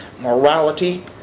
morality